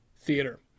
theater